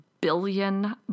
billion